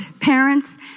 parents